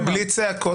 בלי צעקות,